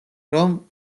რომ